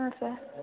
ಹಾಂ ಸರ್